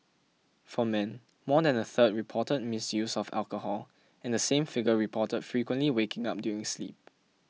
for men more than a third reported misuse of alcohol and the same figure reported frequently waking up during sleep